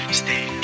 stay